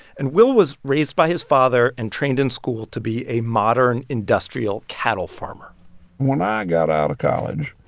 and will was raised by his father and trained in school to be a modern industrial cattle farmer when i got out of college,